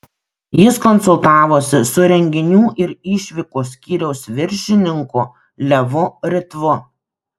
jis konsultavosi su renginių ir išvykų skyriaus viršininku levu ritvu